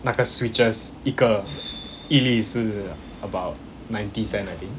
那个 switches 一个一粒是 about ninety cent I think